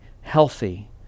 healthy